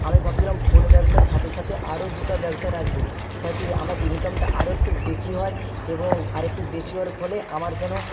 আমি ভাবছিলাম ফোন ব্যবসার সাথে সাথে আরও দুটা ব্যবসা রাখবো যাতে আমার ইনকামটা আরও একটু বেশি হয় এবং আর একটু বেশি হওয়ার ফলে আমার যেনো